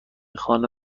خانه